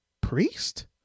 priest